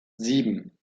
sieben